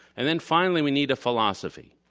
and then finally we need a philosophy,